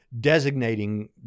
designating